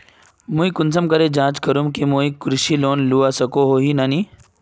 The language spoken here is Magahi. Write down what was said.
मुई कुंसम करे जाँच करूम की मुई कृषि लोन लुबा सकोहो ही या नी?